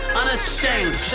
unashamed